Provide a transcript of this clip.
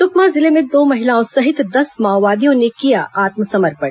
सुकमा जिले में दो महिलाओं सहित दस माओवादियों ने किया आत्मसमर्पण